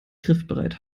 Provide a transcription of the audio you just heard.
griffbereit